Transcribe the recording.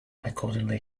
accordingly